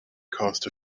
cost